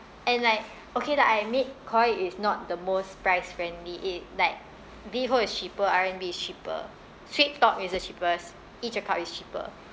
and like okay that I admit Koi is not the most price friendly it like Liho is cheaper R&B is cheaper Sweettalk is the cheapest Each-a-cup is cheaper